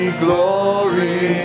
glory